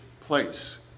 place